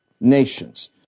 Nations